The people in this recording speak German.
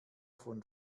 von